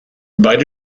beide